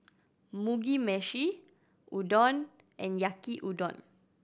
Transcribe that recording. Mugi Meshi Udon and Yaki Udon